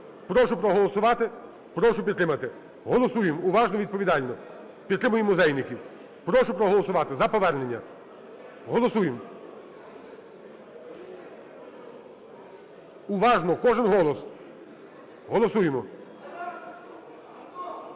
Прошу проголосувати, прошу підтримати. Голосуємо уважно, відповідально, підтримуємо музейників. Прошу проголосувати за повернення, голосуємо. Уважно, кожен голос, голосуємо!